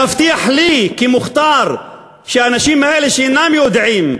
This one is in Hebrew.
להבטיח לי, כמוכתר, שהאנשים האלה, שאינם יודעים,